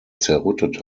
zerrüttet